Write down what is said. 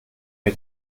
mir